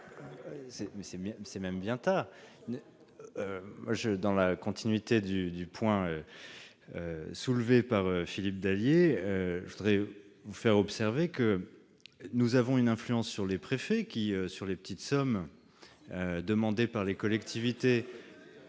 l'automne ? Dans la continuité du point soulevé par Philippe Dallier, je voudrais vous faire observer que nous avons une influence sur les préfets ... Si peu ! S'agissant de petites sommes demandées par les collectivités